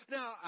Now